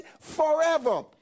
forever